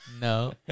no